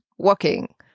Walking